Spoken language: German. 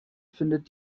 findet